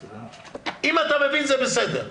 אם אתה מבין, זה בסדר.